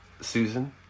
Susan